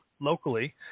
locally